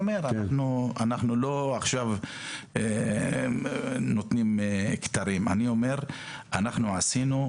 עכשיו אנחנו לא נותנים כתרים, אלא שעשינו.